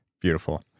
Beautiful